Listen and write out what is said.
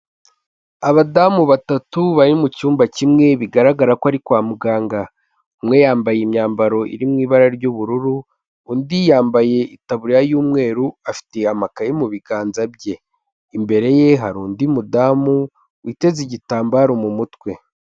Abadamu batatu bari mu cyumba kimwe bigaragara ko ari kwa muganga. Umwe yambaye imyambaro iri mu ibara ry'ubururu, undi yambaye itaburiya y'umweru afite amakaye mu biganza bye. Imbere ye hari undi mudamu witeze igitambaro mu mutwe.